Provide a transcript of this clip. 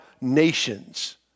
nations